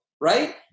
right